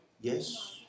Yes